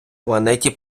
планеті